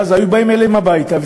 ואז היו באים אליהם הביתה,